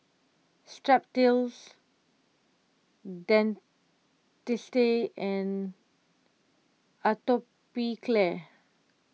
Strepsils Dentiste and Atopiclair